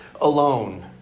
alone